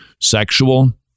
sexual